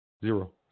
zero